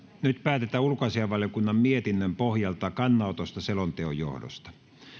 nyt päätetään ulkoasiainvaliokunnan mietinnön kaksi pohjalta kannanotosta selonteon johdosta